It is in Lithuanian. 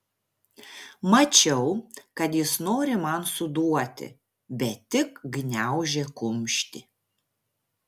mačiau kad jis nori man suduoti bet tik gniaužė kumštį